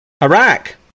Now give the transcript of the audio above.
Iraq